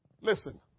Listen